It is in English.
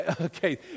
okay